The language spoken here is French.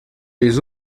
les